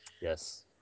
Yes